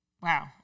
Wow